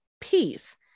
peace